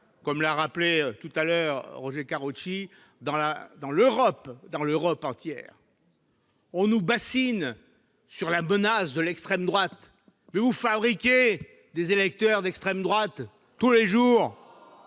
comme l'a souligné Roger Karoutchi, dans l'Europe entière. On nous bassine avec la menace de l'extrême droite, mais vous fabriquez des électeurs d'extrême droite tous les jours,